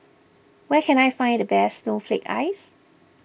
where can I find the best Snowflake Ice